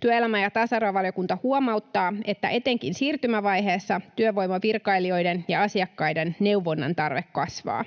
Työelämä- ja tasa-arvovaliokunta huomauttaa, että etenkin siirtymävaiheessa työvoimavirkailijoiden ja asiakkaiden neuvonnan tarve kasvaa.